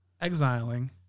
exiling